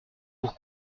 pour